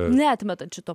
neatmetant šito